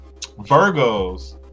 Virgos